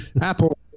Apple